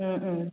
ꯎꯝ ꯎꯝ